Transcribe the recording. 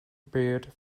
byrd